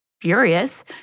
furious